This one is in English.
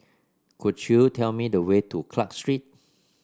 could you tell me the way to Clarke Street